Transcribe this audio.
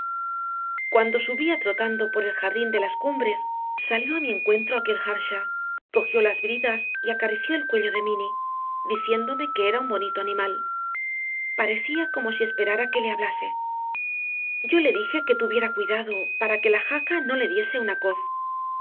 cuando subía trotando por el jardín de las cumbres salió a mi encuentro aquel earnshaw cogió las bridas y acarició el cuello de minny diciéndome que era un bonito animal parecía como si esperara que le hablase yo le dije que tuviera cuidado para que la jaca no le diese una coz